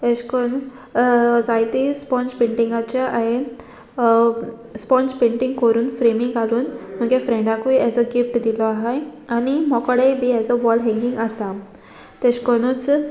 एशे कोन्न जायते स्पोंज स्पोंज पेंटिंगाचे हांवें स्पोंज पेंटींग करून फ्रेमी घालून म्हुगे फ्रेंडाकूय एज अ गिफ्ट दिलो आहाय आनी मोकोडेय बी एज अ वॉल हँगींग आसा तेश कोनूच